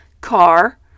car